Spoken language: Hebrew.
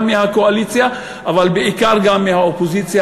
גם מהקואליציה אבל בעיקר גם מהאופוזיציה,